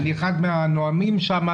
אני אחד מהנואמים שם,